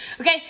Okay